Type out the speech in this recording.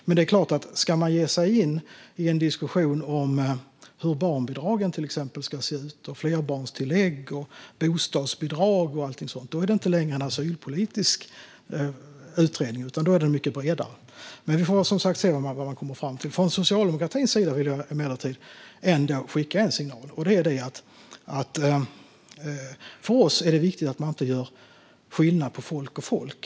Men om man ska ge sig in i en diskussion om hur till exempel barnbidrag, flerbarnstillägg, bostadsbidrag och allt sådant ska se ut är det inte längre en asylpolitisk utredning. Då blir den mycket bredare. Vi får som sagt se vad man kommer fram till. Från socialdemokratins sida vill jag emellertid skicka en signal. För oss är det viktigt att inte göra skillnad på folk och folk.